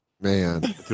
Man